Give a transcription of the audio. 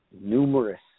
Numerous